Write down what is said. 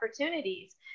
opportunities